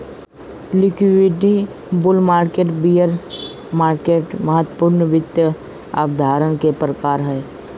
liquidity, bull market, bear market महत्वपूर्ण वित्त अवधारणा के प्रकार हय